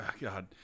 God